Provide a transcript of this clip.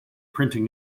printing